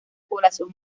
población